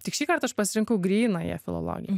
tik šįkart aš pasirinkau grynąją filologiją